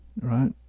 right